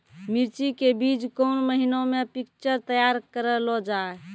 मिर्ची के बीज कौन महीना मे पिक्चर तैयार करऽ लो जा?